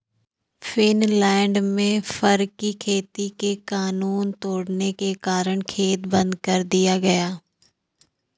Finland में fur की खेती के कानून तोड़ने के कारण खेत बंद कर दिया गया